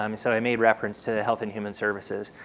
um so i made reference to the health and human services.